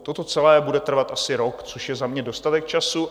Toto celé bude trvat asi rok, což je za mě dostatek času.